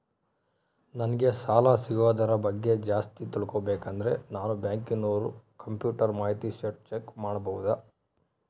ನಂಗೆ ಸಾಲ ಸಿಗೋದರ ಬಗ್ಗೆ ಜಾಸ್ತಿ ತಿಳಕೋಬೇಕಂದ್ರ ನಾನು ಬ್ಯಾಂಕಿನೋರ ಕಂಪ್ಯೂಟರ್ ಮಾಹಿತಿ ಶೇಟ್ ಚೆಕ್ ಮಾಡಬಹುದಾ?